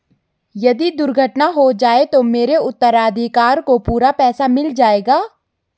यदि दुर्घटना हो जाये तो मेरे उत्तराधिकारी को पूरा पैसा मिल जाएगा?